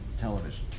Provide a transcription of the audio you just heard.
television